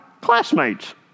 classmates